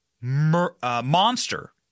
monster –